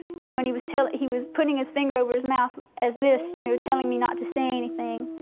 you know, and he was tell he was putting his finger over his mouth, as this, you know, telling me not to say anything.